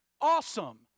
Awesome